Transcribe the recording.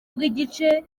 bw’igice